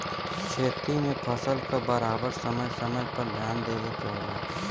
खेती में फसल क बराबर समय समय पर ध्यान देवे के होला